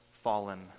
fallen